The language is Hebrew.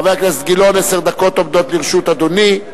חבר הכנסת גילאון, עשר דקות עומדות לרשות אדוני.